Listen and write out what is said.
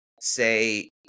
say